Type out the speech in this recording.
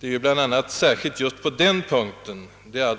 Det är ju bl.a. just